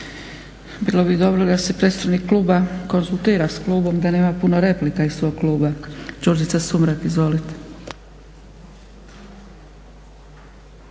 Bilo bi dobro da se predstavnik kluba konzultira s klubom da nema puno replika iz tog kluba. Đurđica Sumrak, izvolite.